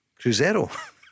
Cruzeiro